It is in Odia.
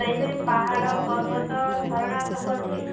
ସେଇଠି ପାହାଡ଼ ପର୍ବତ ଝରଣା ସବୁ ଅଛି